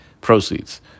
proceeds